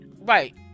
Right